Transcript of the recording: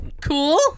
cool